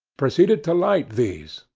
proceeded to light these,